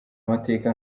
amateka